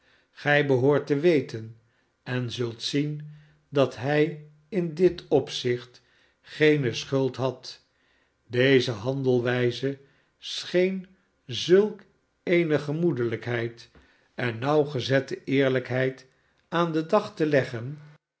gij behoort te weten en zult zien dat hij in dit opzicht geene schuld had deze handelwijze scheen zulk eene gemoedelijkheid en nauwgezette eerlijkheid aan den dag te leggen